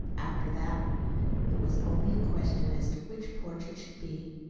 after that it was only a question as to which porch it should be.